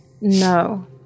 No